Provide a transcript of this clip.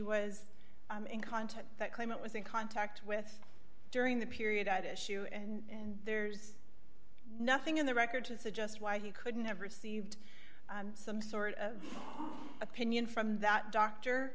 was in contact that clement was in contact with during the period at issue and there's nothing in the record to suggest why he couldn't have received some sort of opinion from that doctor